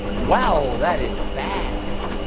wow, that is bad.